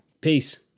Peace